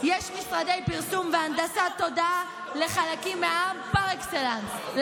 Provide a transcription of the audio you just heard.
יש משרדי פרסום והנדסת תודעה לחלקים מהעם פר אקסלנס,